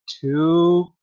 two